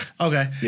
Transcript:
Okay